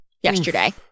yesterday